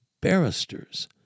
barristers